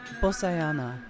Bosayana